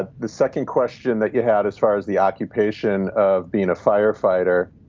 ah the second question that you had as far as the occupation of being a firefighter,